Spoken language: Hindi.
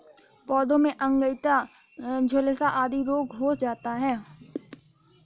पौधों में अंगैयता, झुलसा आदि रोग हो जाता है